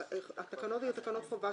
התקנות היו תקנות חובה,